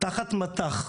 תחת מטח,